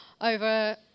over